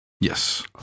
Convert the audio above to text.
Yes